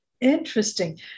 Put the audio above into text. Interesting